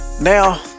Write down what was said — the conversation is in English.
Now